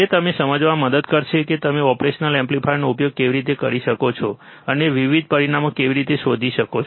તે તમને સમજવામાં મદદ કરશે કે તમે ઓપરેશનલ એમ્પ્લીફાયરનો ઉપયોગ કેવી રીતે કરી શકો છો અને તમે વિવિધ પરિમાણો કેવી રીતે શોધી શકો છો